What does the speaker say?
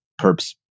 perps